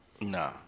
Nah